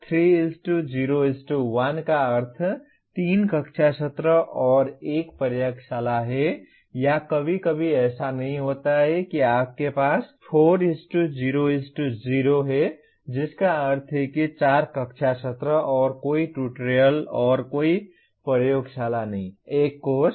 3 0 1 का अर्थ 3 कक्षा सत्र और 1 प्रयोगशाला है या कभी कभी ऐसा नहीं होता है कि आपके पास 4 0 0 है जिसका अर्थ है 4 कक्षा सत्र और कोई ट्यूटोरियल और कोई प्रयोगशाला नहीं